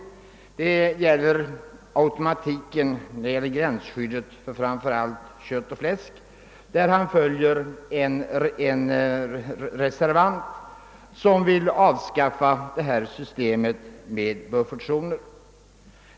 När det gäller automatiken i fråga om gränsskyddet för framför allt kött och fläsk följer han en reservant, som vill avskaffa systemet med buffertzoner.